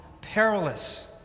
perilous